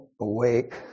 awake